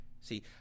See